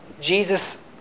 Jesus